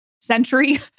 century